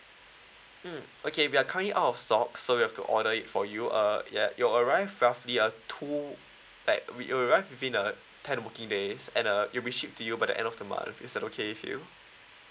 mm okay we are currently out of stock so we have to order it for you uh ya it'll arrive roughly a two back we arrive within uh ten working days and uh it will be ship to you by the end of the month is that okay with you